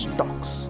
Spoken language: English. talks